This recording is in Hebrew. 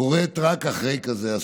קורה רק אחרי כזה אסון.